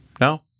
No